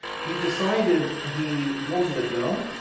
he decided he wanted a girl,